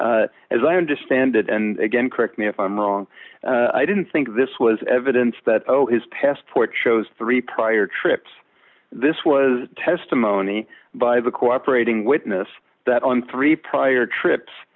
as i understand it and again correct me if i'm wrong i didn't think this was evidence that oh his passport shows three prior trips this was testimony by the cooperating witness that on three prior trips